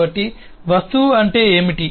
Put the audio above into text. కాబట్టి వస్తువు అంటే ఏమిటి